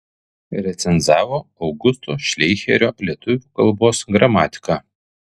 recenzavo augusto šleicherio lietuvių kalbos gramatiką